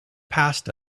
passed